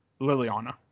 Liliana